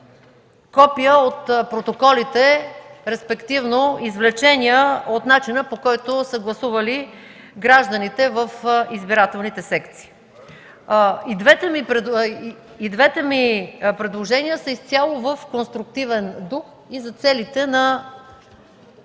копия от протоколите, респективно извлечения, от начина по който са гласували гражданите в избирателните секции. И двете ми предложения са изцяло в конструктивен дух и за целите на